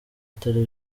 atari